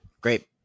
Great